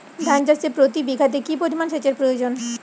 ধান চাষে প্রতি বিঘাতে কি পরিমান সেচের প্রয়োজন?